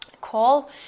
call